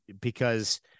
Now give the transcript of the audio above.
because-